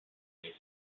day